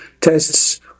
tests